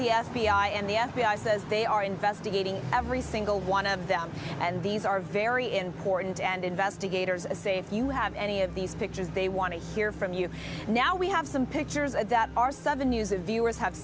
the f b i and the f b i says they are investigating every single one of them and these are very important and investigators as if you have any of these pictures they want to hear from you now we have some pictures that are some of the news of viewers have